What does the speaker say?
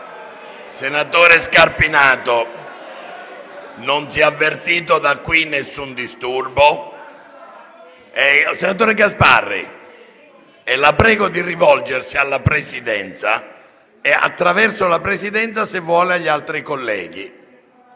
Senatore Scarpinato, non si è avvertito da qui nessun disturbo e la prego di rivolgersi alla Presidenza e, attraverso la Presidenza, se vuole, agli altri colleghi,